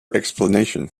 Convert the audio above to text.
explanation